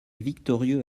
victorieux